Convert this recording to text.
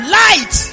light